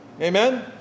Amen